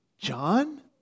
John